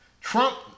Trump